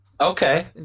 Okay